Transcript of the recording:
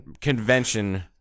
convention